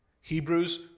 Hebrews